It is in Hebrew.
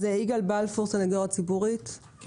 יגאל בלפור, בבקשה.